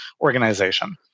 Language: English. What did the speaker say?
organization